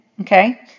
okay